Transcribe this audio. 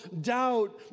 doubt